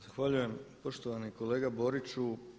Zahvaljujem poštovani kolega Boriću.